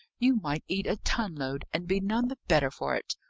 you might eat a ton-load, and be none the better for it.